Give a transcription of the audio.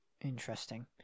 Interesting